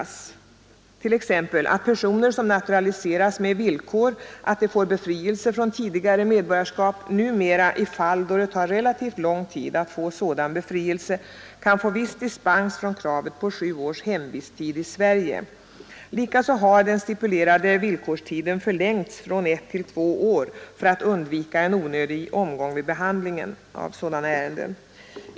Nämnas kan exempelvis, att personer som naturaliseras med villkor att de får befrielse från tidigare medborgarskap numera i fall, då det tar relativt lång tid att erhålla sådan befrielse, kan få viss dispens från kravet på sju års hemvisttid i Sverige. Likaså har den stipulerade villkorstiden förlängts från ett till två år för att undvika en onödig omgång vid behandlingen av sådana ärenden.